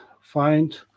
find